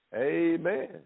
Amen